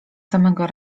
samego